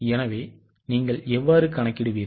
எனவே நீங்கள் எவ்வாறு கணக்கிடுவீர்கள்